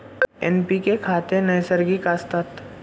NPK खते नैसर्गिक नसतात